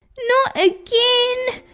not again!